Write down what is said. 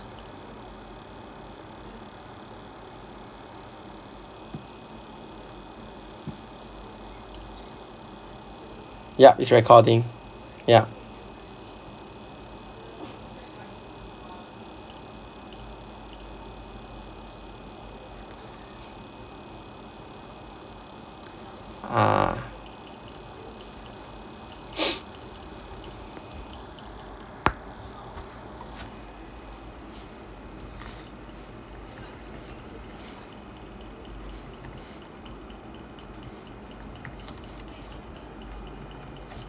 yup it's recording yup ah